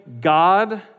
God